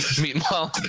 Meanwhile